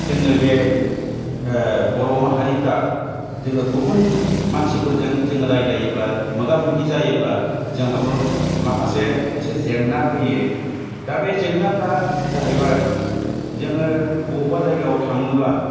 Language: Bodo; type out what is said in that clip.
जोङो बे ओ बर' माहारिफ्रा जोङो गुबुन मानसिफोरजों जोङो रायज्लायोब्ला मोगा मोगि जायोब्ला जोंहाबो माखासे एसे जेंना फैयो दा बे जेंनाफ्रा जाहैबाय जोङो बबेबा जायगायाव थाङोब्ला